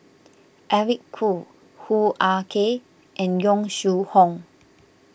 Eric Khoo Hoo Ah Kay and Yong Shu Hoong